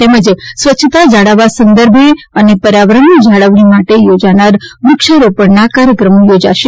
તેમજ સ્વચ્છતા જાળવવા સંદર્ભે અને પર્યાવરણની જાળવણી માટે યોજાનાર વુક્ષારોપણના કાર્યક્રમો યોજાશે